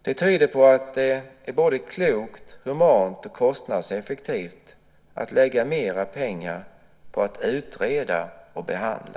Det tyder på att det är både klokt, humant och kostnadseffektivt att lägga mer pengar på att utreda och behandla.